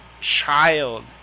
child